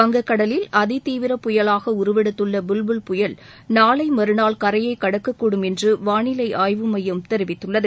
வங்கக் கடலில் அதிதீவிர புயலாக உருவெடுத்துள்ள புல்புல் புயல் நாளை மறுநாள் கரையைக் கடக்கக்கூடும் என்று வானிலை ஆய்வு மையம் தெரிவித்துள்ளது